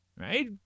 Right